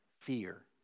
fear